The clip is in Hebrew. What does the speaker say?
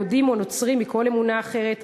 יהודים או נוצרים או מכל אמונה אחרת,